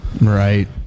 right